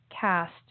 cast